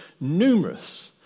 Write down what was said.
numerous